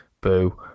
boo